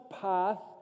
path